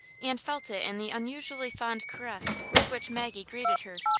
and felt it in the un usually fond caress with which maggie greeted her.